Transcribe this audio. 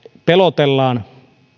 pelotellaan